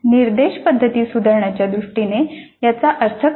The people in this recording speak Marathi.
निर्देश पद्धती सुधारण्याच्या दृष्टीने याचा अर्थ काय